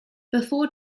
before